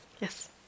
yes